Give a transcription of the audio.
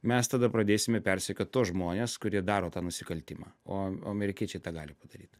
mes tada pradėsime persekiot tuos žmones kurie daro tą nusikaltimą o o amerikiečiai tą gali padaryt